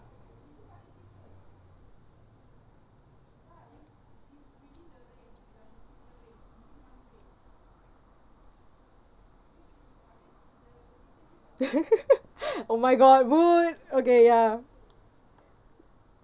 oh my god rude okay ya